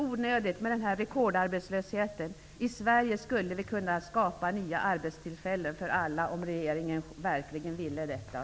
Jag är snart klar, fru talman.